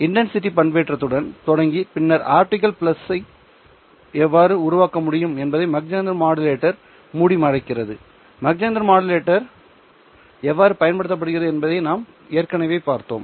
intensity பண்பேற்றத்துடன் தொடங்கி பின்னர் ஆப்டிகல் பிளஸை எவ்வாறு உருவாக்க முடியும் என்பதை மாக் ஜஹெண்டர் மாடுலேட்டர் மூடிமறைக்கிறது மாக் ஜீஹெண்டர் மாடுலேட்டர் எவ்வாறு பயன்படுத்தப்படுகிறது என்பதை நாம் ஏற்கனவே பார்த்தோம்